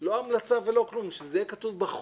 לא המלצה ולא כלום, אבל שזה יהיה כתוב בחוק,